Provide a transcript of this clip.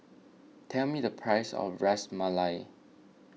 tell me the price of Ras Malai